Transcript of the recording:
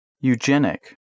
Eugenic